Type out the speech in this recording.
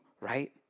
right